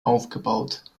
aufgebaut